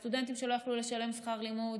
היו סטודנטים שלא יכלו לשלם שכר לימוד